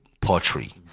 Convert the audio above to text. poetry